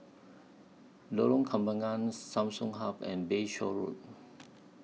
Lorong Kembagan Samsung Hub and Bayshore Road